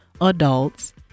adults